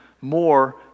more